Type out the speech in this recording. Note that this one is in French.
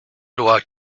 loi